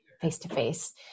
face-to-face